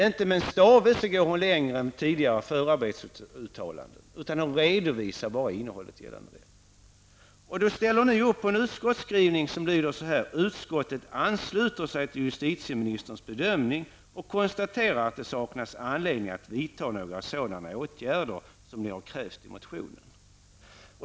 Inte med en stavelse går hon längre än tidigare förarbetsuttalanden, hon redovisar bara innehållet. Då ställer ni upp på en utskottsskrivning som lyder så här: ''Utskottet ansluter sig till justieministerns bedömning och konstaterar att det saknas anledning att vidta några sådana åtgärder som begärs i motionen.''